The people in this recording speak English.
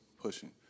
pushing